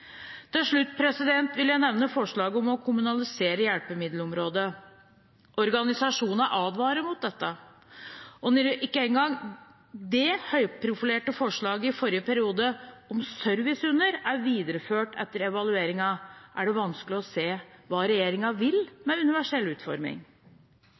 Til slutt vil jeg nevne forslaget om å kommunalisere hjelpemiddelområdet. Organisasjonene advarer mot dette, og når ikke engang det høyprofilerte forslaget i forrige periode om servicehunder er videreført etter evalueringen, er det vanskelig å se hva